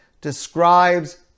describes